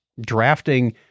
drafting